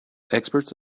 experts